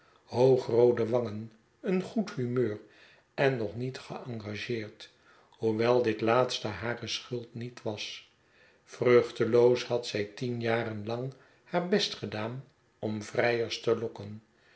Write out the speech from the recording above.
hoogroode wangen een goed humeur en nog niet geengageerd hoewel dit laatste hare schuld niet was vruchteloos had zij tienjarenlanghaarbestgedaanom vrijers te lokken